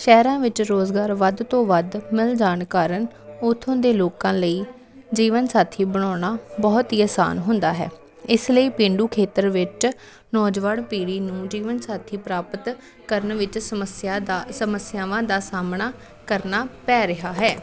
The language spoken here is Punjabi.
ਸ਼ਹਿਰਾਂ ਵਿੱਚ ਰੁਜ਼ਗਾਰ ਵੱਧ ਤੋਂ ਵੱਧ ਮਿਲ ਜਾਣ ਕਾਰਨ ਉੱਥੋਂ ਦੇ ਲੋਕਾਂ ਲਈ ਜੀਵਨ ਸਾਥੀ ਬਣਾਉਣਾ ਬਹੁਤ ਹੀ ਆਸਾਨ ਹੁੰਦਾ ਹੈ ਇਸ ਲਈ ਪੇਂਡੂ ਖੇਤਰ ਵਿੱਚ ਨੌਜਵਾਨ ਪੀੜ੍ਹੀ ਨੂੰ ਜੀਵਨ ਸਾਥੀ ਪ੍ਰਾਪਤ ਕਰਨ ਵਿੱਚ ਸਮੱਸਿਆ ਦਾ ਸਮੱਸਿਆਵਾਂ ਦਾ ਸਾਹਮਣਾ ਕਰਨਾ ਪੈ ਰਿਹਾ ਹੈ